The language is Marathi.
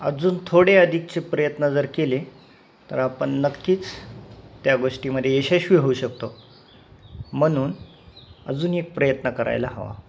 अजून थोडे अधिकचे प्रयत्न जर केले तर आपण नक्कीच त्या गोष्टीमध्ये यशस्वी होऊ शकतो म्हणून अजून एक प्रयत्न करायला हवा